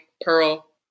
Pearl